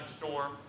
storm